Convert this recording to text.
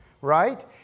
right